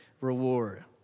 reward